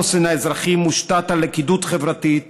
החוסן האזרחי מושתת על לכידות חברתית,